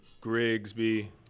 Grigsby